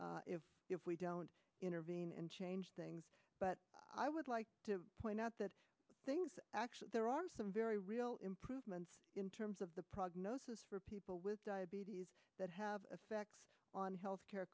if if if we don't intervene and change things but i would like to point out that things actually there are some very real improvements in terms of the prognosis for people with diabetes that have effects on health care